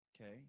Okay